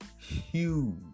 huge